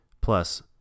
Plus